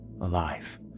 alive